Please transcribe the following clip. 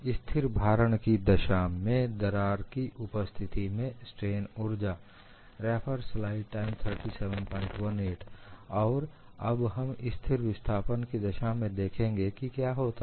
स्थिर भारण की दशा में दरार की उपस्थिति में स्ट्रेन ऊर्जा और अब हम स्थिर विस्थापन की दशा में देखेंगे कि क्या होता है